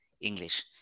English